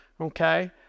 okay